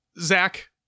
Zach